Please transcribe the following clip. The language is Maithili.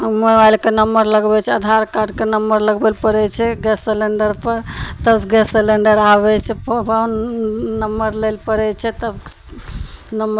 हमरो आरके नंबर लगबय छै आधार कार्डके नंबर लगबय लए पड़य छै गैस सिलिण्डरसँ तब गैस सिलिण्डर आबय छै पऽ बन नंबर लै लए पड़य छै तब नंबर